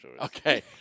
okay